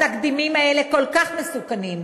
התקדימים האלה כל כך מסוכנים,